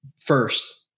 first